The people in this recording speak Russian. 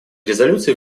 резолюции